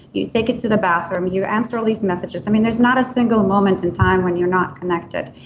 you take it to the bathroom. you answer all these messages. i mean there's not a single moment in time when you're not connected.